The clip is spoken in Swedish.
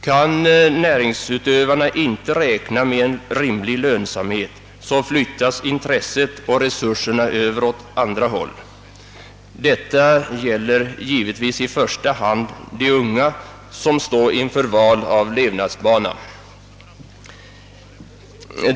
Kan näringsutövarna inte räkna med en rimlig lönsamhet, flyttas intresset och resurserna över till något annat område. Detta gäller givetvis i första hand de unga som står inför val av levnadsbana.